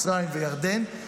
מצרים וירדן,